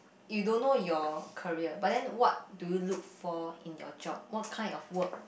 you don't know your career but then what do you look for in your job what kind of work